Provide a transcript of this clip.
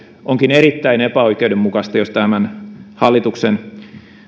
onkin erittäin epäoikeudenmukaista jos tämän hallituksen